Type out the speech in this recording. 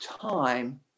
time